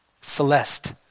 Celeste